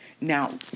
Now